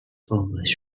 always